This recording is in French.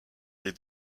les